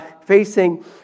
facing